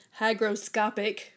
hygroscopic